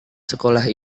sekolah